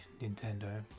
Nintendo